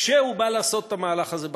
כשהוא בא לעשות את המהלך הזה בכנסת.